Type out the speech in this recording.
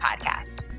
Podcast